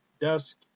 Dusk